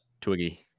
Twiggy